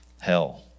hell